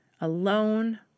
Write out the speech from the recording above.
alone